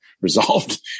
resolved